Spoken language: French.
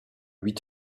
huit